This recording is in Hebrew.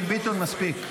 חברת הכנסת ביטון, מספיק.